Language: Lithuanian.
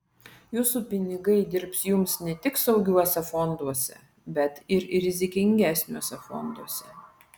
jūsų pinigai dirbs jums ne tik saugiuose fonduose bet ir rizikingesniuose fonduose